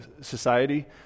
society